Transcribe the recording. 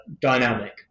dynamic